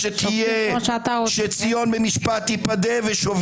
בתי המשפט לא יוכלו לבטל, לערוך ביקורת שיפוטית.